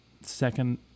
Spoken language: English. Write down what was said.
second